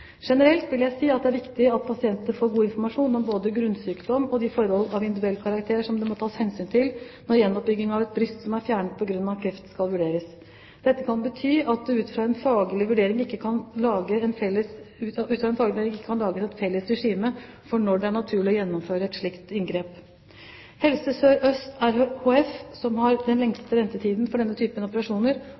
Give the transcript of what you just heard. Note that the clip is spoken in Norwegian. Generelt vil jeg si at det er viktig at pasientene får god informasjon om både grunnsykdom og de forhold av individuell karakter som det må tas hensyn til når gjenoppbygging av et bryst som er fjernet på grunn av kreft, skal vurderes. Dette kan bety at det ut fra en faglig vurdering ikke kan lages et felles regime for når det er naturlig å gjennomføre et slikt inngrep. Helse Sør-Øst RHF, som har den lengste ventetiden for denne typen operasjoner,